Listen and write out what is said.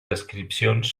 descripcions